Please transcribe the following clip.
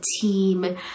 team